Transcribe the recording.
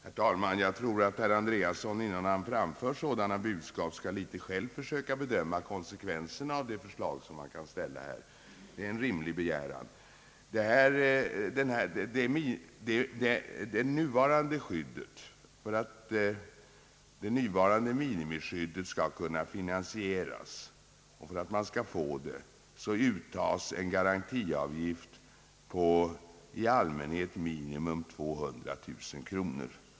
Herr talman! Jag tycker att herr Andreasson innan han framför sådana budskap själv skall försöka bedöma konsekvenserna av de förslag som han talar för. Det är en rimlig begäran. För att det nuvarande minimiskyddet skall gälla och för att det skall kunna finansieras uttas en garantiavgift på i allmänhet minst 200 000 kronor.